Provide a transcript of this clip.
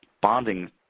bonding